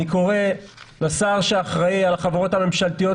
אני קורא לשר שאחראי על החברות הממשלתיות